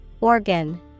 Organ